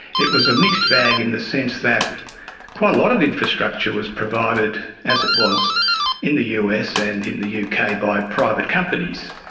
it was a mixed bag in the sense that quite a lot of infrastructure was provided, as it was in the us and in the uk, by private companies.